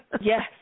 Yes